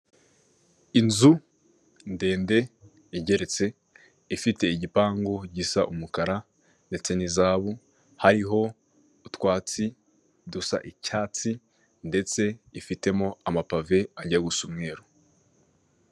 Inzu ndende igeretse ifite igipangu gisa umukara ndetse n'izahabu hariho utwatsi dusa icyatsi, ndetse ifitemo amape ajya gusa umweru.